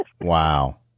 Wow